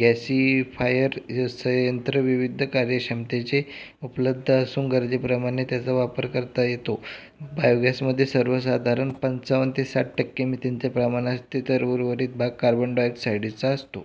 gasifier सयंत्र विविध कार्यक्षमतेचे उपलब्ध असून गरजेप्रमाणे त्याचा वापर करता येतो बायोगॅसमध्ये सर्वसाधारण पंचावन्न ते साठ टक्के मिथेनचे प्रमाण असते तर उर्वरित भाग कार्बन डायऑक्साइडचा असतो